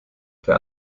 der